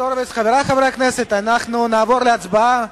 חברי חברי הכנסת, נעבור להצבעה.